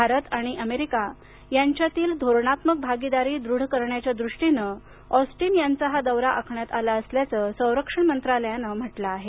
भारत आणि अमेरिका यांच्यातील धोरणात्मक भागीदारी दृढ करण्याच्या दृष्टीनं ऑस्टीन यांचा हा दौरा आखण्यात आला असल्याचं संरक्षण मंत्रालयानं म्हटलं आहे